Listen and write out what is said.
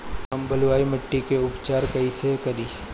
हम बलुइ माटी के उपचार कईसे करि?